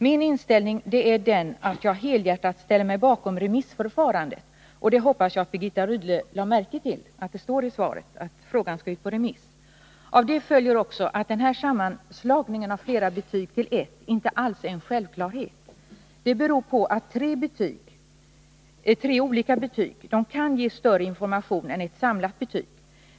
Min inställning är den att jag helhjärtat ställer mig bakom remissförfarandet. Jag hoppas att Birgitta Rydle lade märke till att det står i svaret att frågan skall ut på remiss. Av detta följer också att sammanslagningen av flera betyg till ett inte alls är en självklarhet. Det beror på att tre betyg är tre olika betyg, som kan ge större information än ett samlat betyg.